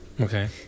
Okay